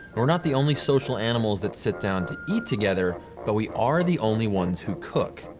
we're not the only social animals that sit down to eat together, but we are the only ones who cook.